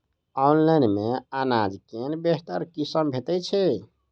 Online मे अनाज केँ बेहतर किसिम भेटय छै?